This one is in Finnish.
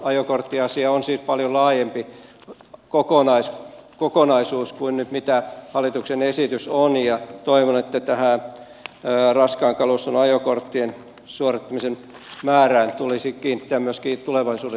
ajokorttiasia on siis paljon laajempi kokonaisuus kuin mitä nyt hallituksen esitys on ja tähän raskaan kaluston ajokorttien suorittamisen määrään tulisi kiinnittää myöskin tulevaisuuden